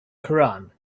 koran